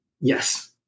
Yes